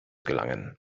gelangen